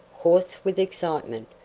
hoarse with excitement,